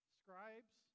scribes